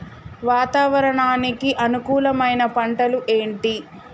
వాతావరణానికి అనుకూలమైన పంటలు ఏంటి?